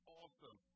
awesome